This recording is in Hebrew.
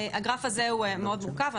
הגרף הזה הוא מאוד מורכב.